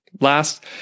Last